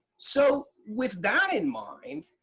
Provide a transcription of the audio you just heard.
so with that in mind,